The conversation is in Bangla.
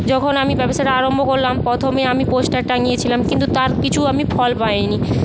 যখন আমি ব্যবসাটা আরম্ভ করলাম প্রথমে আমি পোস্টার টাঙিয়ে ছিলাম কিন্তু তার কিছু আমি ফল পাইনি